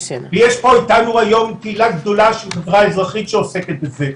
יש איתנו היום קהילה גדולה של חברה אזרחית שעוסקת בזה,